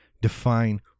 Define